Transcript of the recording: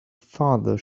farther